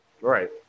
right